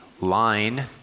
line